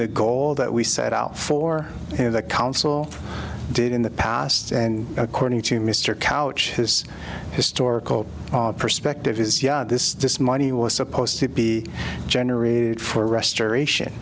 the goal that we set out for in the council did in the past and according to mr couch his historical perspective his yard this this money was supposed to be generated for restoration